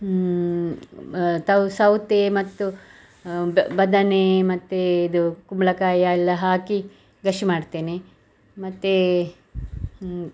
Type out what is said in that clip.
ಹ್ಞೂ ತವ್ ಸೌತೇ ಮತ್ತು ಬದನೇ ಮತ್ತು ಇದು ಕುಂಬಳಕಾಯಿ ಎಲ್ಲ ಹಾಕಿ ಗಶ್ ಮಾಡ್ತೇನೆ ಮತ್ತು ಹ್ಞೂ